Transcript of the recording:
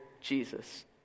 Jesus